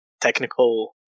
technical